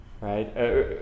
right